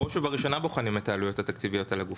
בראש ובראשונה בוחנים את העלויות התקציביות על הגוף,